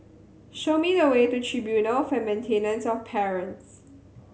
show me the way to Tribunal for Maintenance of Parents